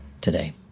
today